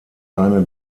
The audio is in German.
eine